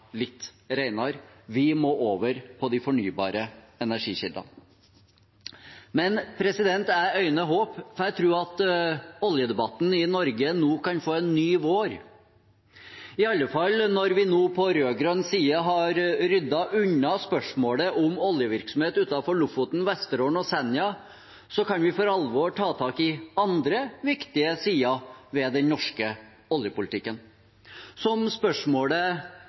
litt renere. Vi må over på de fornybare energikildene. Men jeg øyner håp, for jeg tror at oljedebatten i Norge nå kan få en ny vår. I alle fall når vi nå på rød-grønn side har ryddet unna spørsmålet om oljevirksomhet utenfor Lofoten, Vesterålen og Senja, kan vi for alvor ta tak i andre viktige sider ved den norske oljepolitikken, som spørsmålet